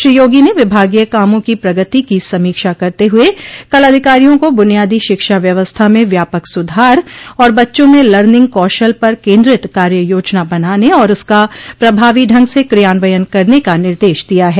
श्री योगी ने विभागीय कामों की प्रगति की समीक्षा करते हुए कल अधिकारियों को बुनियादी शिक्षा व्यवस्था में व्यापक सुधार और बच्चों में लर्निंग कौशल पर केन्द्रित कार्य योजना बनाने और उसका प्रभावी ढंग से क्रियान्वयन करने का निर्देश दिया है